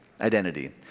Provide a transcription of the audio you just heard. identity